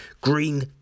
Green